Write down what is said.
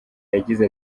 yagize